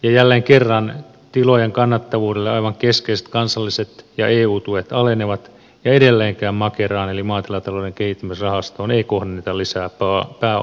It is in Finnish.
jälleen kerran tilojen kannattavuudelle aivan keskeiset kansalliset ja eu tuet alenevat ja edelleenkään makeraan eli maatilatalouden kehittämisrahastoon ei kohdenneta lisää pääomitusta